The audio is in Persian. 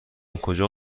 کجا